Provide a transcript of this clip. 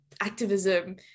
activism